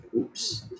Oops